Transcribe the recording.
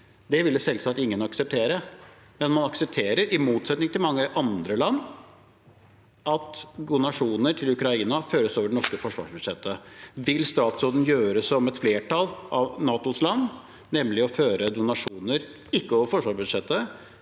Det ville selvsagt ingen akseptere, men man aksepterer, i motsetning til i mange andre land, at donasjoner til Ukraina føres over det norske forsvarsbudsjettet. Vil statsråden gjøre som et flertall av NATOs land, nemlig å føre donasjoner ikke over forsvarsbudsjettet,